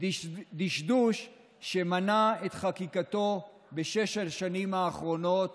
דשדוש שמנע את חקיקתו בשש השנים האחרונות